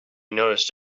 noticed